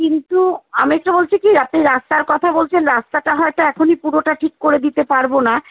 কিন্তু আমি একটা বলছি কি আপনি রাস্তার কথা বলছেন রাস্তাটা হয়তো এখনই পুরোটা ঠিক করে দিতে পারবো না